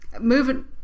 Moving